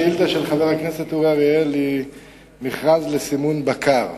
נושא השאילתא של חבר הכנסת אורי אריאל הוא מכרז לסימון בקר.